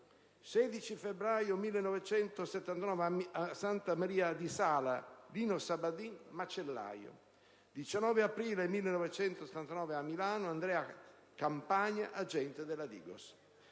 16 febbraio 1979 a Santa Maria di Sala, Lino Sabbadin, macellaio; 19 aprile 1979 a Milano, Andrea Campagna, agente della Digos.